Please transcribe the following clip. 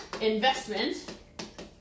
investment